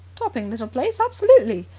topping little place! absolutely!